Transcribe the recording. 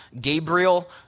Gabriel